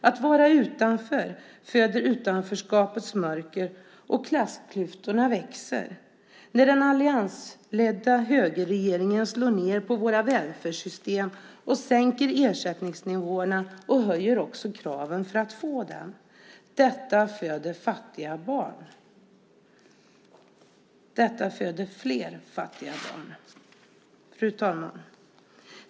Att vara utanför föder utanförskapets mörker, och klassklyftorna växer. När den alliansledda högerregeringen slår ned på våra välfärdssystem, sänker ersättningsnivåerna och också höjer kraven för att få dem föder det fler fattiga barn. Fru talman!